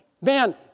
man